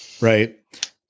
Right